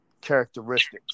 characteristics